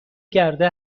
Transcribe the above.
گرده